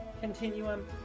continuum